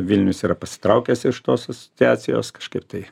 vilnius yra pasitraukęs iš tos asociacijos kažkaip tai